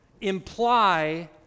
imply